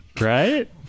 Right